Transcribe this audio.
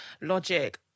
Logic